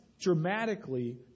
dramatically